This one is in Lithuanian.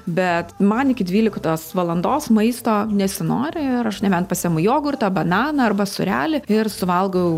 bet man iki dvyliktos valandos maisto nesinori ir nebent pasiimu jogurtą bananą arba sūrelį ir suvalgau